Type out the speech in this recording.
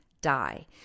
die